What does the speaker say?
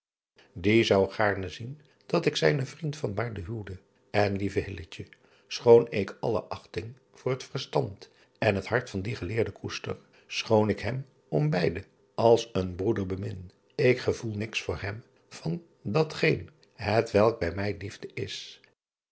ie zou gaarne zien dat ik zijnen vriend huwde n lieve schoon ik alle achting voor het verstand en het hart van dien eleerde koester schoon ik hem om beide als een broeder bemin ik gevoel niets voor hem van dat geen hetwelk bij mij liefde is